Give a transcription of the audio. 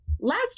Last